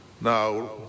Now